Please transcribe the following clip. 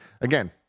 Again